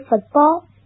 football